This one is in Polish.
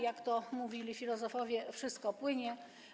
Jak to mówili filozofowie, wszystko płynie.